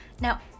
Now